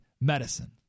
medicine